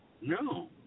No